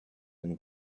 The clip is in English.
and